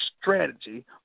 strategy